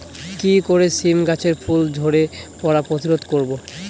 কি করে সীম গাছের ফুল ঝরে পড়া প্রতিরোধ করব?